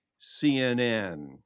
CNN